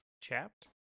Chapped